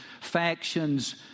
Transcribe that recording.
factions